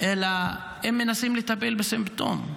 אלא הם מנסים לטפל בסימפטום.